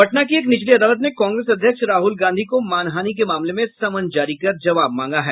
पटना की एक निचली अदालत ने कांग्रेस अध्यक्ष राहुल गांधी को मानहानि के मामले में समन जारी कर जवाब मांगा है